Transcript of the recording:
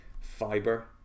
fiber